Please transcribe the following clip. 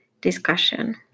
discussion